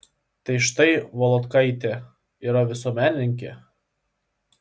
tai štai volodkaitė yra visuomenininkė